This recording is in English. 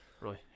Right